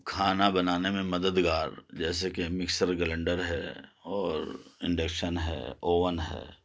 کھانا بنانے میں مددگار جیسے کہ مکسر گلنڈر ہے اور انڈکشن ہے اوون ہے